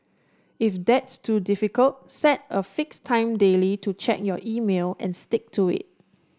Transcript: if that's too difficult set a fixed time daily to check your email and stick to it